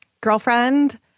Girlfriend